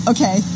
Okay